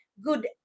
good